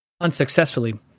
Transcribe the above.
unsuccessfully